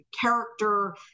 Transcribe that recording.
character